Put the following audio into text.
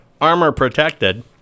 armor-protected